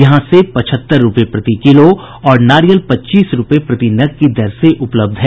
यहां सेब पचहत्तर रूपये प्रति किलो और नारियल पच्चीस रूपये प्रति नग की दर से उपलब्ध है